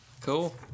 Cool